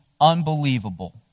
unbelievable